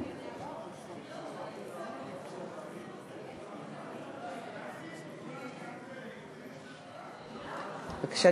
בבקשה,